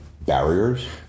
barriers